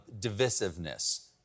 divisiveness